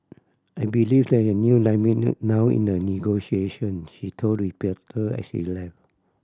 I believe there is a new dynamic now in the negotiations she told reporter as she left